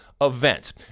event